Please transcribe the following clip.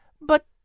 But